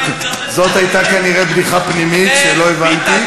זו הייתה כנראה בדיחה פנימית שלא הבנתי.